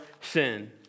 sin